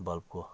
बल्बको